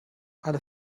alle